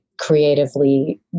creatively